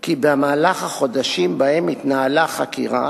כי במהלך החודשים שבהם התנהלה החקירה